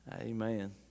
amen